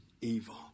evil